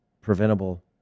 preventable